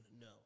No